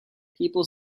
people